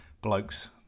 blokes